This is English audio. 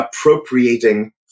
appropriating